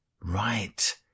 Right